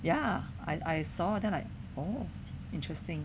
ya I I saw then like oh interesting